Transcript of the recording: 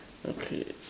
okay